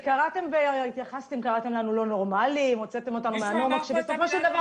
קראתם לנו לא נורמליים והוצאתם אותנו מהנורמות כשבסופו של דבר